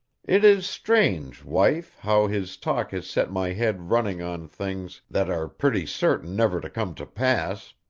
it is strange, wife, how his talk has set my head running on things that are pretty certain never to come to pass